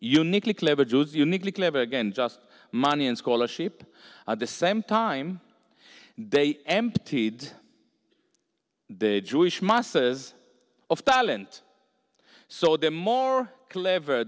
uniquely clever again just money and scholarship at the same time they emptied the jewish masses of talent so they're more clever